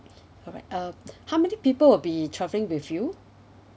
alright um how many people will be travelling with you